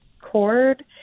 cord